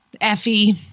Effie